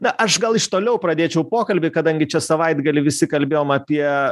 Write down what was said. na aš gal iš toliau pradėčiau pokalbį kadangi čia savaitgalį visi kalbėjom apie